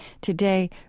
Today